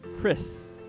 Chris